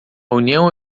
união